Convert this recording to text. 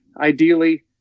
Ideally